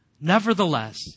Nevertheless